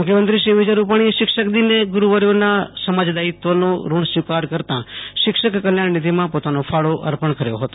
મુખ્યમંત્રી શ્રી વિજય રૂપાણીએ શિક્ષક દિને ગુરૂવર્યોના સમાજદાયિત્વનો ઋણસ્વીકાર કરતાં શિક્ષક કલ્યાણ નિઘિમાં પોતાનો ફાળો અર્પણ કર્યો હતો